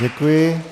Děkuji.